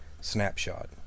Snapshot